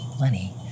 Lenny